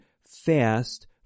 fast